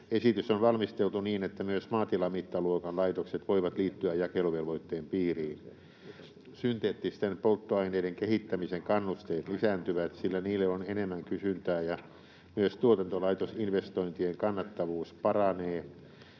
Esitys on valmisteltu niin, että myös maatilamittaluokan laitokset voivat liittyä jakeluvelvoitteen piiriin. Synteettisten polttoaineiden kehittämisen kannusteet lisääntyvät, sillä niille on enemmän kysyntää, ja myös tuotantolaitosinvestointien kannattavuus paranee